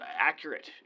accurate